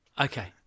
Okay